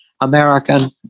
American